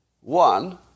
One